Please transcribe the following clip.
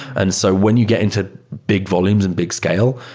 and so when you get into big volumes and big scale,